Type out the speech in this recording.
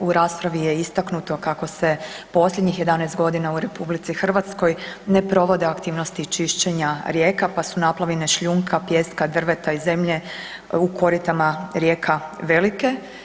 U raspravi je istaknuto kako se posljednjih 11 godina u RH ne provode aktivnosti čišćenja rijeka pa su naplavine šljunka, pijeska, drveta i zemlje u koritama rijeka velike.